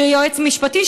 שיועץ משפטי,